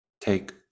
take